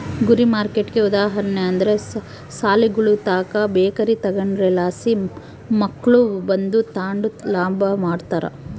ಗುರಿ ಮಾರ್ಕೆಟ್ಗೆ ಉದಾಹರಣೆ ಅಂದ್ರ ಸಾಲಿಗುಳುತಾಕ ಬೇಕರಿ ತಗೇದ್ರಲಾಸಿ ಮಕ್ಳು ಬಂದು ತಾಂಡು ಲಾಭ ಮಾಡ್ತಾರ